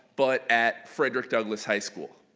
but at frederick douglas high school